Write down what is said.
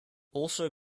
also